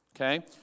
Okay